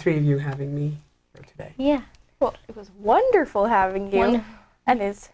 three of you having me today yeah well it was wonderful having one and it's